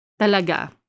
Talaga